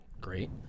Great